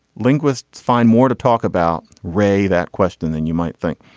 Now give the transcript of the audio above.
linguists find more to talk about ray that question than you might think.